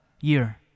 year